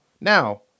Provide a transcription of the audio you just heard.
now